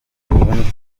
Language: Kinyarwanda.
ubundi